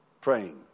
praying